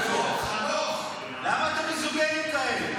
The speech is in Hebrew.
למה אתם מיזוגיניים כאלה?